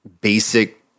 basic